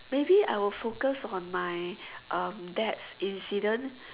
maybe I will focus on my um debts incident